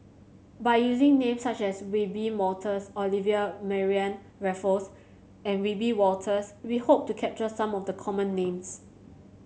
by using names such as Wiebe Wolters Olivia Mariamne Raffles and Wiebe Wolters we hope to capture some of the common names